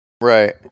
Right